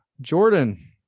Jordan